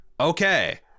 Okay